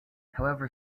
however